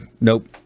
Nope